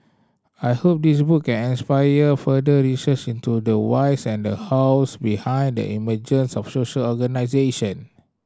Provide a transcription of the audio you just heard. I hope this book can inspire further research into the whys and the hows behind the emergence of social organisation